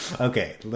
okay